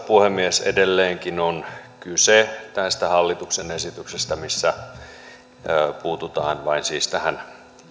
puhemies edelleenkin on kyse tästä hallituksen esityksestä missä puututaan vain siis tähän